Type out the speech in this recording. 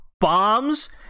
bombs